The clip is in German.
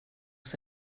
ist